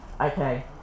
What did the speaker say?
Okay